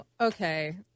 Okay